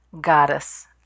goddess